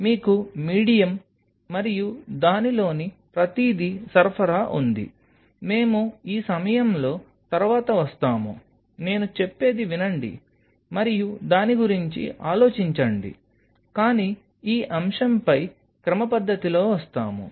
మీకు మీడియం మరియు దానిలోని ప్రతిదీ సరఫరా ఉంది మేము ఈ సమయంలో తరువాత వస్తాము నేను చెప్పేది వినండి మరియు దాని గురించి ఆలోచించండి కానీ ఈ అంశంపై క్రమపద్ధతిలో వస్తాము